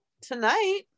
tonight